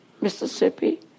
Mississippi